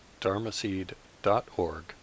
dharmaseed.org